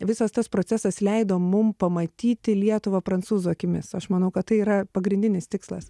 visas tas procesas leido mum pamatyti lietuvą prancūzų akimis aš manau kad tai yra pagrindinis tikslas